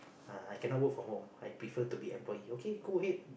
uh I cannot work from home I prefer to be employee okay go ahead